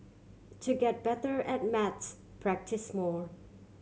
to get better at maths practise more